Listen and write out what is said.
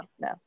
no